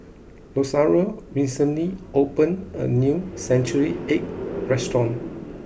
Rosario recently opened a new Century Egg restaurant